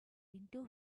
into